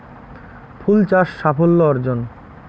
ফুল চাষ সাফল্য অর্জন?